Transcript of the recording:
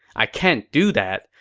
i can't do that.